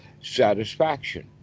satisfaction